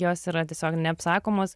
jos yra tiesiog neapsakomos